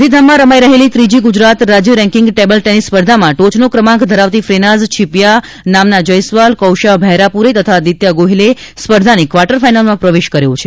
ગાંધીધામમાં રમાઈ રહેલી ત્રીજી ગુજરાત રાજ્ય રેન્કિંગ ટેબલ ટેનિસ સ્પર્ધામાં ટોચનો ક્રમાંક ધરાવતી ફેનાઝ છીપીયા નામ્ના જયસ્વાલ કૌશા ભૈરાપુરે તથા દિત્યા ગોહિલે સ્પર્ધાની ક્વાર્ટર ફાઇનલમાં પ્રવેશ કર્યો છે